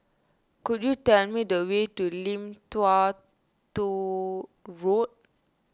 could you tell me the way to Lim Tua Tow Road